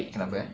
kenapa eh